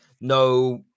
no